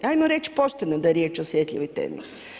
Ajmo reći pošteno da je riječ o osjetljivoj temi.